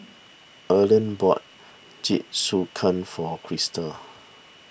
Earlean bought Jingisukan for Kristal